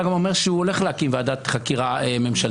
גם אומר שהוא הולך להקים ועדת חקירה ממשלתית.